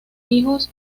hijos